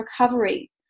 recovery